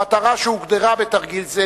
המטרה שהוגדרה בתרגיל זה,